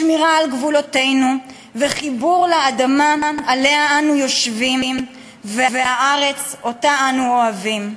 שמירה על גבולותינו וחיבור לאדמה שעליה אנו יושבים ולארץ שאנו אוהבים.